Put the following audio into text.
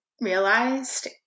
realized